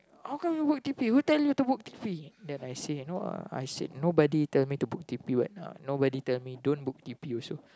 how come you booked t_p who tell you to book t_p then I say no uh nobody tell me to book t_p what nobody tell me don't book t_p also